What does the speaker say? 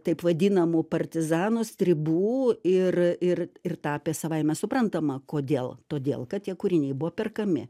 taip vadinamų partizanų stribų ir ir ir tapė savaime suprantama kodėl todėl kad tie kūriniai buvo perkami